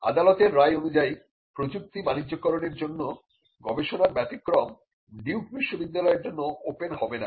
আদালতের রায় অনুযায়ী প্রযুক্তি বাণিজ্যকরনের জন্য গবেষণার ব্যতিক্রম ডিউক বিশ্ববিদ্যালয়ের জন্য ওপেন হবে না